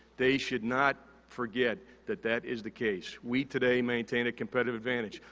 they should not forget that that is the case. we, today, maintain a competitive advantage.